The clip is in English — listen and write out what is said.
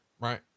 right